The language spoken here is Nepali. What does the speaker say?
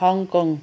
हङ्कङ